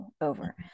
over